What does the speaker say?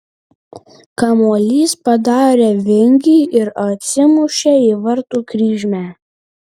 kamuolys padarė vingį ir atsimušė į vartų kryžmę